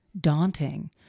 daunting